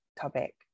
topic